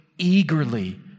Eagerly